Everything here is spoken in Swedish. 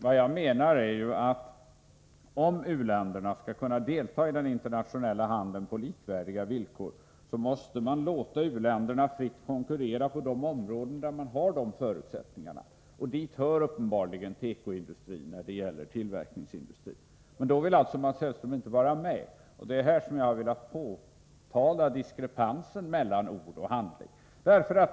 Vad jag menar är, att om u-länderna skall kunna delta i den internationella handeln på likvärdiga villkor, måste man låta u-länderna fritt konkurrera på de områden där de har förutsättningar därför. Dit hör uppenbarligen tekoindustrin, i vad gäller tillverkningsindustrin. Men då vill inte Mats Hellström vara med, och det är här jag har velat påtala diskrepansen mellan ord och handling.